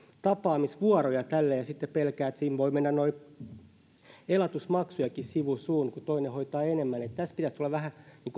tapaamisvuoroja ja pelkää että siinä voi mennä elatusmaksujakin sivu suun kun toinen hoitaa enemmän tästä pitäisi tulla vähän